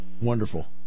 Wonderful